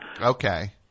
Okay